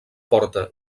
porta